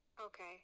Okay